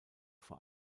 vor